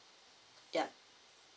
ya